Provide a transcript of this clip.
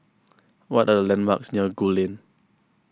what are the landmarks near Gul Lane